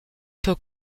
peut